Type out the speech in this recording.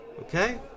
okay